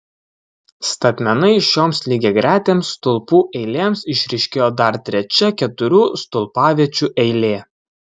statmenai šioms lygiagretėms stulpų eilėms išryškėjo dar trečia keturių stulpaviečių eilė